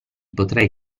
potrai